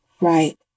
Right